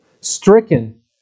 stricken